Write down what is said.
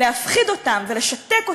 להפחיד אותם ולשתק אותם,